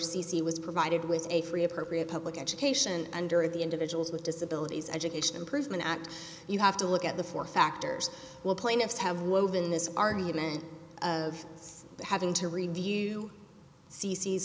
c c was provided with a free appropriate public education under the individuals with disabilities education improvement act you have to look at the four factors will plaintiffs have woven this argument of us having to review c